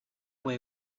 way